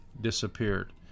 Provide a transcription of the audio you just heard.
disappeared